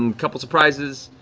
and couple surprises,